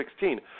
2016